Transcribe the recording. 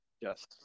Yes